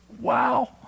Wow